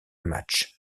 matchs